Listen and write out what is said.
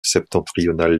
septentrionale